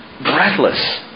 breathless